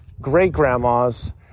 great-grandma's